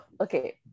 okay